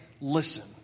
listen